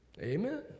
Amen